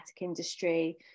industry